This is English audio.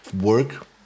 work